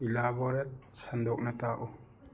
elaborate ꯁꯟꯗꯣꯛꯅ ꯇꯥꯛꯎ